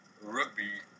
rugby